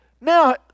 now